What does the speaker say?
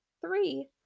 Three